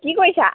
কি কৰিছা